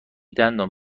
دندان